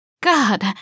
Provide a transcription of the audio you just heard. God